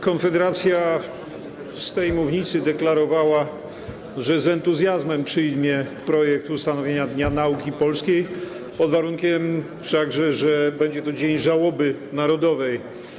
Konfederacja z tej mównicy deklarowała, że z entuzjazmem przyjmie projekt ustanowienia Dnia Nauki Polskiej, pod warunkiem wszakże że będzie to dzień żałoby narodowej.